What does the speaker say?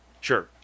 Sure